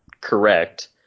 correct